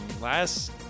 last